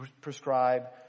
prescribe